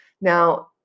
Now